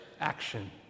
action